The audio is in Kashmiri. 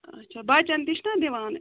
آچھا بَچن تہِ چھِنَہ دِوان